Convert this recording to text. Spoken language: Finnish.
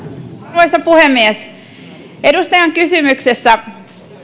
arvoisa puhemies edustajan kysymyksessä